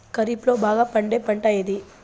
ఖరీఫ్ లో బాగా పండే పంట ఏది?